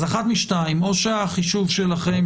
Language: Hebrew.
אז אחת מהשתיים או שהחישוב שלכם,